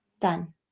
Done